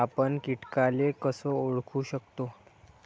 आपन कीटकाले कस ओळखू शकतो?